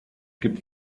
gibt